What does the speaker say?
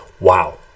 Wow